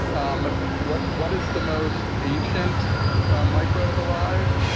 um what what is the most ancient ah microbe alive?